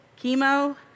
Chemo